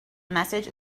message